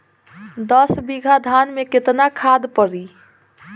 दस बिघा धान मे केतना खाद परी?